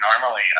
normally